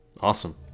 Awesome